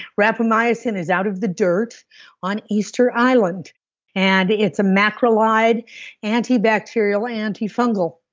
rapamycin is out of the dirt on easter island and it's a macrolide antibacterial, antifungal.